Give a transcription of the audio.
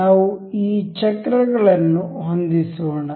ನಾವು ಈ ಚಕ್ರಗಳನ್ನು ಹೊಂದಿಸೋಣ